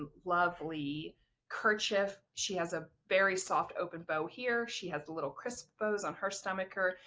ah lovely kerchief, she has a very soft open bow. here she has the little crisp bows on her stomacher.